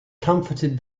comforted